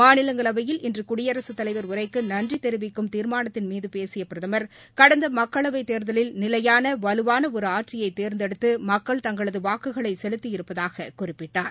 மாநிலங்களவையில் இன்று குடியரசுத் தலைவர் உரைக்கு நன்றி தெரிவிக்கும் தீர்மானத்தின் மீது பேசிய பிரதமர் கடந்த மக்களவைத் தேர்தலில் நிலையான வலுவான ஒரு ஆட்சியை தேர்ந்தெடுத்து மக்கள் தங்களது வாக்குகளை செலுத்தியிருப்பதாக குறிப்பிட்டார்